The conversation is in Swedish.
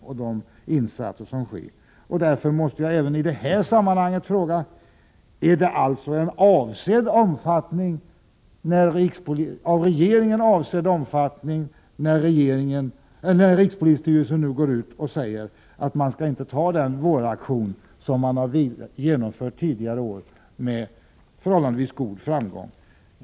Mot denna bakgrund måste jag också i detta sammanhang fråga: Är det en av regeringen ”avsedd omfattning” på verksamheten när rikspolisstyrelsen nu säger att polisdistrikten inte skall genomföra den våraktion som tidigare år har varit förhållandevis framgångsrik?